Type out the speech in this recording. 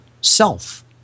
self